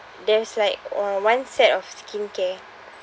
there's like uh one set of skincare